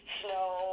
snow